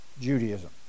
Judaism